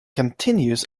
continues